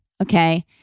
Okay